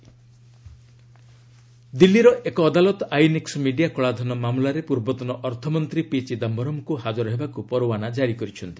ED Chidambaram ଦିଲ୍ଲୀର ଏକ ଅଦାଲତ ଆଇଏନ୍ଏକ୍ ମିଡିଆ କଳାଧନ ମାମଲାରେ ପୂର୍ବତନ ଅର୍ଥମନ୍ତ୍ରୀ ପି ଚିଦାମ୍ଘରମ୍ଙ୍କୁ ହାଜର ହେବାକୁ ପରୱାନା କ୍ରାରି କରିଛନ୍ତି